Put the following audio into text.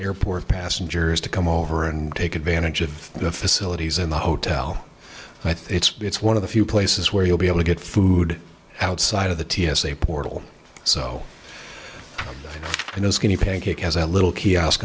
airport passengers to come over and take advantage of the facilities in the hotel i think it's one of the few places where you'll be able to get food outside of the t s a portal so you know skinny pancake has a little kiosk